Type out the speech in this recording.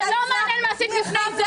זה לא מעניין מה עשית לפני כן.